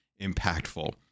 impactful